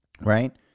right